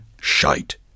Shite